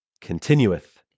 continueth